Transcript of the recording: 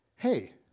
hey